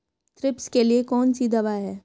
Thrips के लिए कौन सी दवा है?